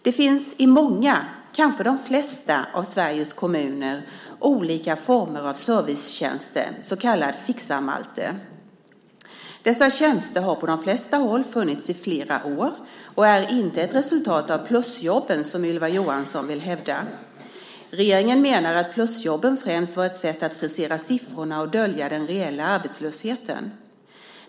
Det finns i många, kanske de flesta, av Sveriges kommuner olika former av servicetjänster, "Fixar-Malte". Dessa tjänster har på de flesta håll funnits i flera år och är inte ett resultat av plusjobben, som Ylva Johansson vill hävda. Regeringen menar att plusjobben främst var ett sätt att frisera siffrorna och dölja den reella arbetslösheten.